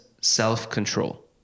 self-control